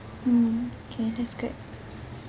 mm okay that's good